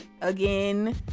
again